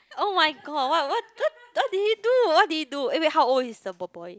oh-my-god what what what what did he do what did he do eh how old is the boy boy